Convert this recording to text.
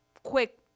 quick